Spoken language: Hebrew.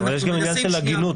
יש גם עניין של הגינות.